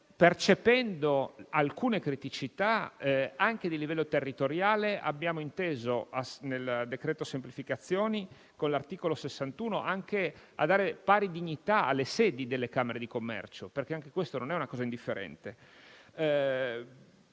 Percependo alcune criticità anche a livello territoriale, abbiamo inteso, nel decreto semplificazioni, con l'articolo 61, dare pari dignità alle sedi delle camere di commercio. Anche questo, infatti, non è un aspetto indifferente.